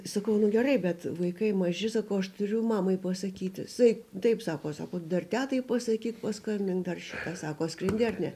sakau nu gerai bet vaikai maži sakau aš turiu mamai pasakyti taip sako sako dar tetai pasakyk paskambink dar šitą sako skrendi ar ne